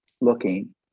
looking